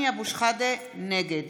נגד